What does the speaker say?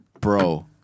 Bro